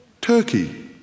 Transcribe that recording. Turkey